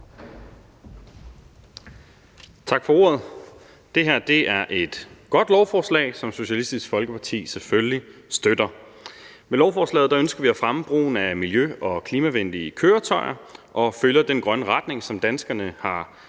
Tak for ordet. Det her er et godt lovforslag, som Socialistisk Folkeparti selvfølgelig støtter. Med lovforslaget ønsker vi at fremme brugen af miljø- og klimavenlige køretøjer og følger den grønne retning, som danskerne har